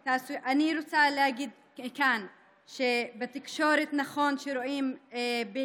אני רוצה להגיד כאן שנכון שרואים בתקשורת